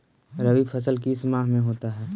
रवि फसल किस माह में होता है?